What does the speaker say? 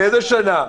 באיזו שנה?